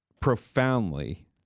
profoundly